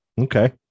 okay